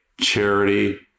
charity